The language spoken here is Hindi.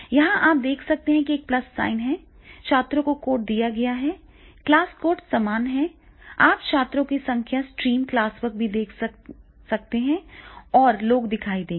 यहां आप देख सकते हैं कि एक प्लस साइन है छात्रों को कोड दिया गया है क्लास कोड समान है आप छात्रों की संख्या स्ट्रीम क्लासवर्क भी देख सकते हैं और लोग दिखाई देंगे